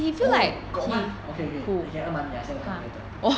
eh got one okay okay he can earn money I tell you something later